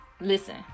listen